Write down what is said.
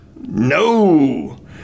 No